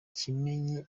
kimenyi